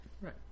Right